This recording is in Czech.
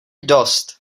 dost